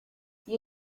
you